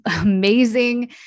amazing